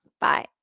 Bye